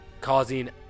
causing